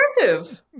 impressive